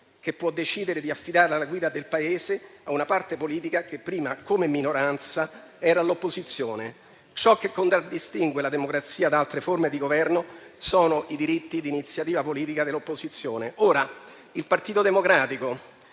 che può decidere di affidare la guida del Paese a una parte politica che prima, come minoranza, era all'opposizione. Ciò che contraddistingue la democrazia da altre forme di Governo sono i diritti di iniziativa politica dell'opposizione. Il Partito Democratico,